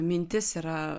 mintis yra